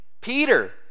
Peter